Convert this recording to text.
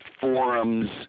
forums